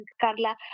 Carla